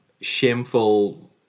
Shameful